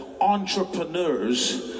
entrepreneurs